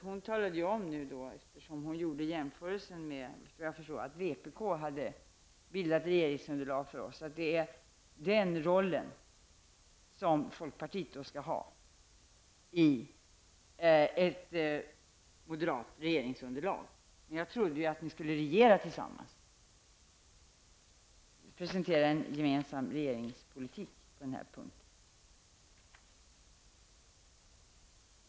I och med att hon gjorde jämförelsen med att vpk bildade regeringsunderlag för oss, talade hon om att det är den rollen som folkpartiet skall ha för en moderat regering. Men jag trodde att ni skulle regera tillsammans, presentera en gemensam regeringspolitik på den här punkten.